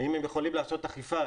האם הם יכולים לעשות אכיפה,